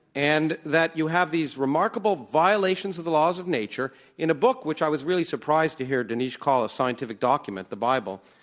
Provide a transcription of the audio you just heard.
and that you have these remarkable violations of the laws of nature in a book, which i was really surprised to hear dinesh call a scientific document, the bible.